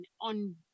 on